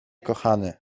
kochany